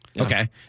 Okay